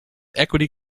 equity